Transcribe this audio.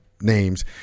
names